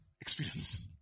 experience